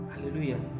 hallelujah